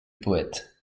poète